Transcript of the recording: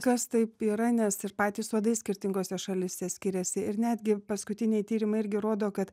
kas taip yra nes ir patys uodai skirtingose šalyse skiriasi ir netgi paskutiniai tyrimai irgi rodo kad